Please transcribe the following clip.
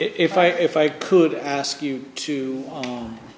if i if i could ask you to